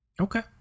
Okay